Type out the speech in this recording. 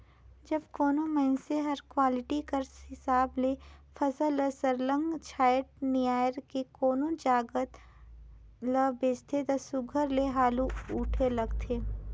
जब कोनो मइनसे हर क्वालिटी कर हिसाब ले फसल ल सरलग छांएट निमाएर के कोनो जाएत ल बेंचथे ता सुग्घर ले हालु उठे लगथे